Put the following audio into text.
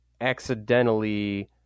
accidentally